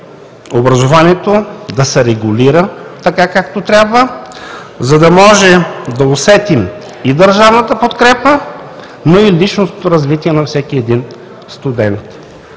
образованието да се регулира, така както трябва, за да може да усетим и държавната подкрепа, но и личностното развитие на всеки един студент?